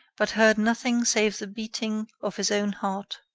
but heard nothing save the beating of his own heart.